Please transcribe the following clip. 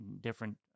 different